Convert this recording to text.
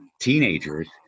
teenagers